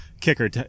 kicker